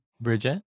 Bridget